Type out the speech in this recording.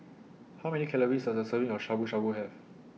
How Many Calories Does A Serving of Shabu Shabu Have